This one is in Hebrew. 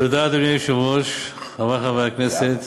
תודה, חברי חברי הכנסת,